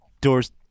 doors